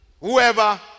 Whoever